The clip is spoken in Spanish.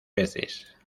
peces